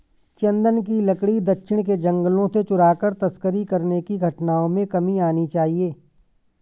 चन्दन की लकड़ी दक्षिण के जंगलों से चुराकर तस्करी करने की घटनाओं में कमी आनी चाहिए